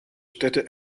städte